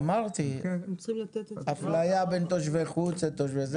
אמרתי אפליה בין תושבי חוץ לתושבים.